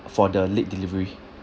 for the late delivery